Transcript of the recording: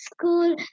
school